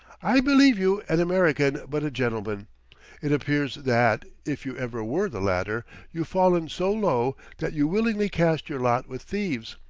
i believed you an american but a gentleman it appears that, if you ever were the latter, you've fallen so low that you willingly cast your lot with thieves.